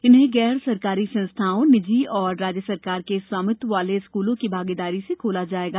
इन्हें गैर सरकारी संस्थाओं निजी और राज्य सरकार के स्वामित्व वाले स्कूलों की भागीदारी से खोला जाएगा